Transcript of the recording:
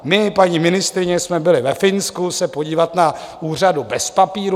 My, paní ministryně, jsme byli ve Finsku se podívat na úřadu bez papírů.